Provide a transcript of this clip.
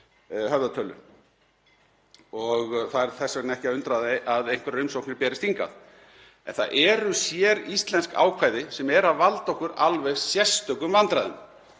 höfðatölu og það er þess vegna ekki að undra að einhverjar umsóknir berist hingað. En það eru séríslensk ákvæði sem eru að valda okkur alveg sérstökum vandræðum.